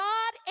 God